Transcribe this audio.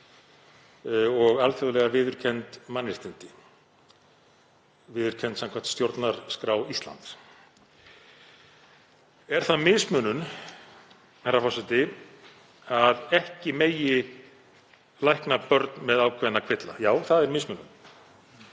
og alþjóðlega viðurkennd mannréttindi, viðurkennd samkvæmt stjórnarskrá Íslands. Er það mismunun, herra forseti, að ekki megi lækna börn með ákveðna kvilla? Já, það er mismunun.